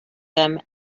them